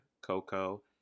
Coco